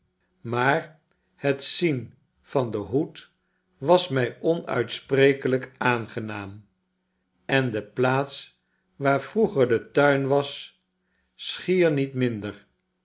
maar het zien van den hoed was mij onuitsprekelrjk aangenaam en de plaats waar vroeger de tuin was schier niet minder